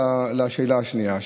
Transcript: לשאלה השנייה,